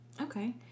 okay